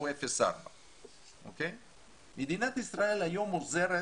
הוא 0.4. מדינת ישראל היום עוזרת